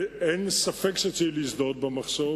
ואין ספק שצריך להזדהות במחסום,